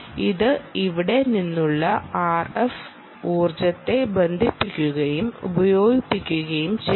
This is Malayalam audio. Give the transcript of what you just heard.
ഇത് ഇവിടെ നിന്നുള്ള ആർഎഫ് ഊർജ്ജത്തെ ബന്ധിപ്പിക്കുകയും ഉപയോഗിക്കുകയും ചെയ്യുന്നു